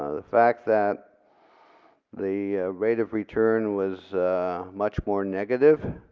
ah the fact that the rate of return was much more negative